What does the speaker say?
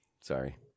Sorry